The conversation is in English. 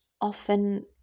often